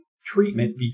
treatment